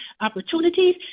opportunities